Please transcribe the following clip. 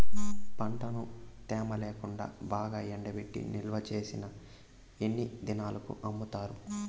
పంటను తేమ లేకుండా బాగా ఎండబెట్టి నిల్వచేసిన ఎన్ని దినాలకు అమ్ముతారు?